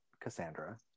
cassandra